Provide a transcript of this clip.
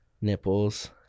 Nipples